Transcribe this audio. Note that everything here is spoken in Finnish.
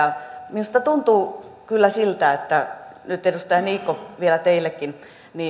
minusta tuntuu kyllä siltä että nyt edustaja niikko vielä teillekin